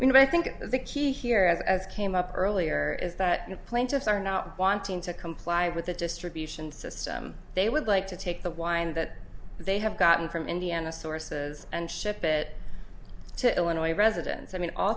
i mean i think the key here as came up earlier is that the plaintiffs are not wanting to comply with the distribution system they would like to take the wind that they have gotten from indiana sources and ship it to illinois residents i mean all